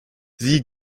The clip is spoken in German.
sie